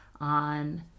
on